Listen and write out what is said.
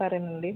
సరేనండి